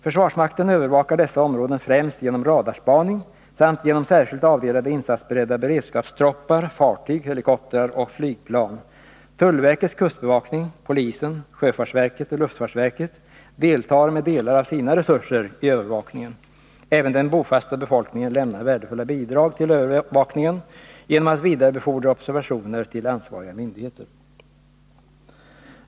Försvarsmakten övervakar dessa områden främst genom radarspaning samt genom särskilt avdelade insatsberedda beredskapstroppar, fartyg, helikoptrar och flygplan. Tullverkets kustbevakning, polisen, sjöfartsverket och luftfartsverket deltar med delar av sina resurser i övervakningen. Även den bofasta befolkningen lämnar värdefulla bidrag till övervakningen genom att vidarebefordra observationer till ansvariga myndigheter.